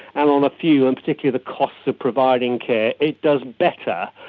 and on a few and particularly the costs of providing care it does better,